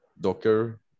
Docker